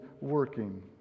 working